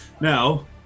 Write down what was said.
now